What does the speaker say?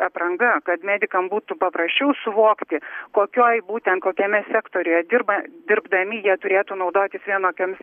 apranga kad medikam būtų paprasčiau suvokti kokioj būtent kokiame sektoriuje dirba dirbdami jie turėtų naudotis vienokioms